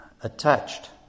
attached